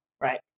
right